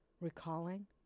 recalling